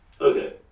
Okay